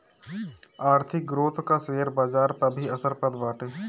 आर्थिक ग्रोथ कअ शेयर बाजार पअ भी असर पड़त बाटे